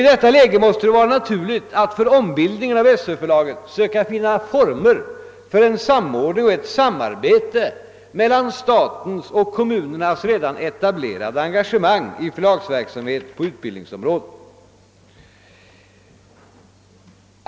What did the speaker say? I detta läge måste det vara naturligt att för ombildning av Sö-förlaget söka finna former för en samordning och ett samarbete mellan statens och kommunernas redan etablerade engagemang i förlagsverksamheten på utbildningsområdet.